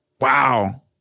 Wow